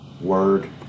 Word